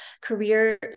career